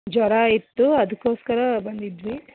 ಜ್ವರ ಇತ್ತು ಅದಕ್ಕೋಸ್ಕರ ಬಂದಿದ್ವಿ